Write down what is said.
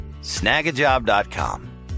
Snagajob.com